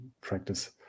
practice